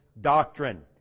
doctrine